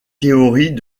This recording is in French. théories